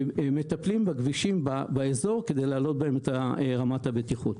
מטפלים בכבישים באזור כדי להעלות בהם את רמת הבטיחות.